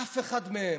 אף אחד מהם.